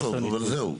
לא טוב אבל זהו.